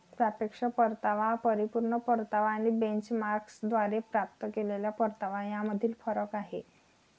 सापेक्ष परतावा हा परिपूर्ण परतावा आणि बेंचमार्कद्वारे प्राप्त केलेला परतावा यामधील फरक आहे